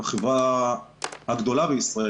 לחברה הגדולה בישראל.